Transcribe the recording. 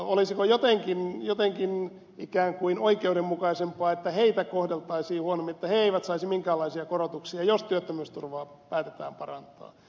olisiko jotenkin ikään kuin oikeudenmukaisempaa että heitä kohdeltaisiin huonommin että he eivät saisi minkäänlaisia korotuksia jos työttömyysturvaa päätetään parantaa